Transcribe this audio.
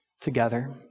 together